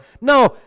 No